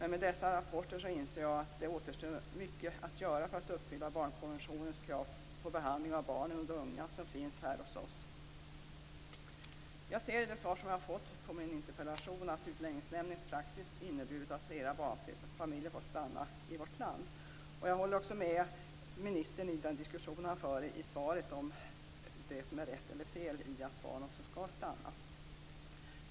Men med tanke på dessa rapporter inser jag att det återstår mycket att göra för att uppfylla barnkonventionens krav på behandling av de barn och unga som finns här hos oss. Jag ser i svaret på min interpellation att Utlänningsnämndens praxis har inneburit att fler barnfamiljer har fått stanna i vårt land. Jag håller också med ministern i den diskussion han för i svaret om vad som rätt och fel när det gäller att barn också skall stanna.